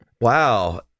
Wow